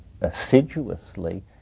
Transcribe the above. assiduously